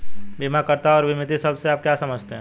बीमाकर्ता और बीमित शब्द से आप क्या समझते हैं?